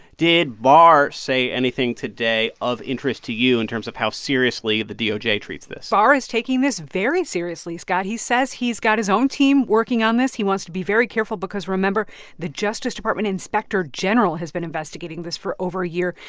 did barr say anything today of interest to you in terms of how seriously the doj treats this? barr is taking this very seriously, scott. he says he's got his own team working on this. he wants to be very careful because, remember the justice department inspector general has been investigating this for over a year.